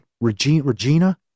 Regina